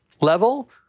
level